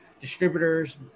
distributors